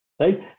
right